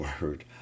word